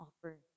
offer